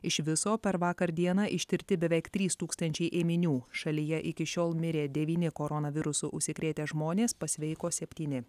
iš viso per vakar dieną ištirti beveik trys tūkstančiai ėminių šalyje iki šiol mirė devyni koronavirusu užsikrėtę žmonės pasveiko septyni